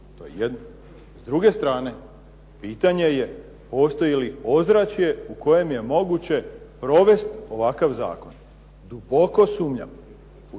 to je jedno. I s druge strane, pitanje je postoji li ozračje u kojem je moguće provest ovakav zakon. Duboko sumnjam